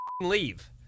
leave